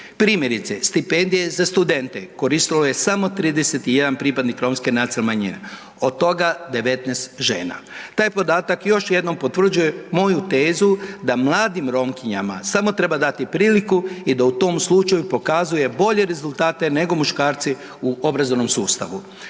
Primjerice, stipendije za studente koristilo je samo 31 pripadnik romske nacionalne manjine, od toga 19 žena. Taj podataka još jednom potvrđuje moju tezu da mladim Romkinjama samo treba dati priliku i da u tom slučaju pokazuje bolje rezultate nego muškarci u obrazovnom sustavu.